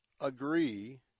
agree